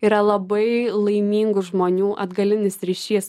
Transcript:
yra labai laimingų žmonių atgalinis ryšys